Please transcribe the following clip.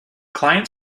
client